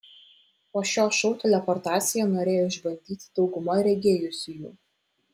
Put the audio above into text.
po šio šou teleportaciją norėjo išbandyti dauguma regėjusiųjų